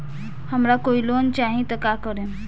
हमरा कोई लोन चाही त का करेम?